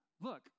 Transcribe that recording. look